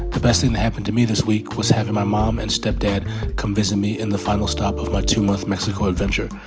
the best thing that happened to me this week was having my mom and stepdad come visit me in the final stop of my two-month mexico adventure.